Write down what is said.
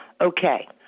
okay